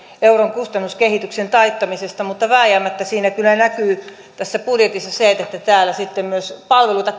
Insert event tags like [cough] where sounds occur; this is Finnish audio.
euron kustannuskehityksen taittamisesta mutta vääjäämättä kyllä näkyy tässä budjetissa se että täällä sitten palveluita [unintelligible]